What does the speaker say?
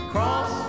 Cross